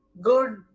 good